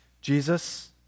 Jesus